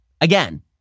again